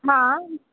हां